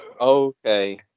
Okay